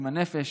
עם הנפש,